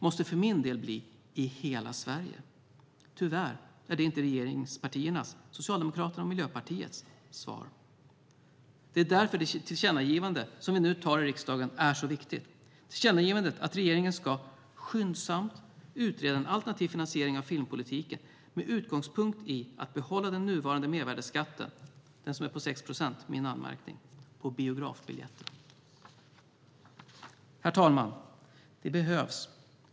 ", måste för min del bli: i hela Sverige. Men tyvärr är det inte svaret från regeringspartierna - Socialdemokraterna och Miljöpartiet. Därför är det tillkännagivande vi nu beslutar om i riksdagen så viktigt, tillkännagivandet att regeringen ska "skyndsamt utreda en alternativ finansiering av filmpolitiken med utgångspunkt i att behålla den nuvarande mervärdesskattesatsen" - den som är på 6 procent - "på biografbiljetter". Herr talman!